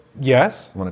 yes